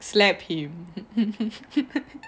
slap him